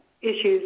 Issues